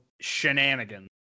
shenanigans